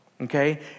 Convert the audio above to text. Okay